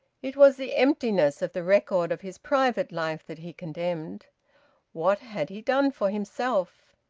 it was the emptiness of the record of his private life that he condemned what had he done for himself?